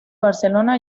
barcelona